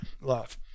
love